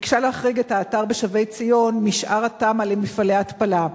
ביקשה להחריג את האתר בשבי-ציון משאר התמ"א למפעלי התפלה,